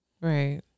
right